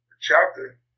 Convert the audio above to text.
chapter